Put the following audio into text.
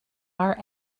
are